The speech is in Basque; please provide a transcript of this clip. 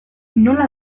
nola